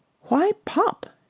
why popp?